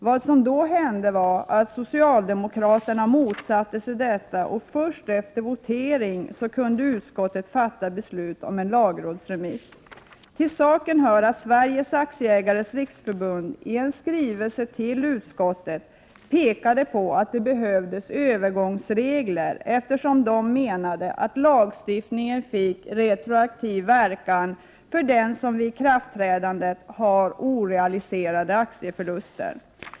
Det som då hände var att socialdemokraterna motsatte sig detta, och först efter votering kunde utskottet fatta beslut om en lagrådsremiss. Till saken hör att Sveriges aktiesparares riksförbund i skrivelse till utskottet pekade på att det behövdes övergångsregler, eftersom de menade att lagstiftningen fick retroaktiv verkan för den som vid ikraftträdandet hade orealiserade aktieförluster.